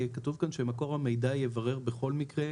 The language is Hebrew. כתוב כאן שמקור המידע יברר בכל מקרה,